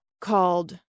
called